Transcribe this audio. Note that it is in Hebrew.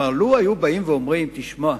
לו היו באים ואומרים: תשמע,